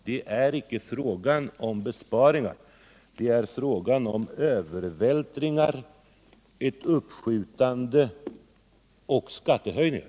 Det är icke fråga om besparingar utan om övervältringar och ett uppskjutande av kostnader samt om skattehöjningar.